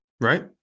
right